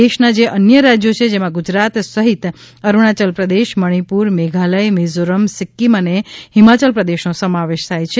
દેશના જે અન્ય રાજ્યો છે જેમાં ગુજરાત સહિત અરૂણાયલ પ્રદેશ મણિપુર મેઘાલય મીઝોરમ સિક્કીમ અને હિમાચલ પ્રદેશનો સમાવેશ થાય છે